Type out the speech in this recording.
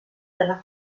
della